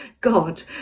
God